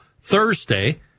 Thursday